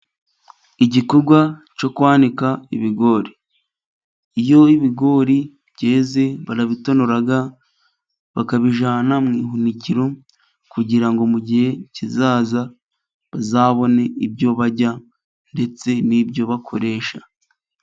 Igikorwa cyo kwanika ibigori, iyo ibigori byeze barabitonora bakabijyana mu buhunikiro, kugira ngo mu gihe kizaza bazabone ibyo barya, ndetse n'ibyo bakoresha.